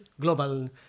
global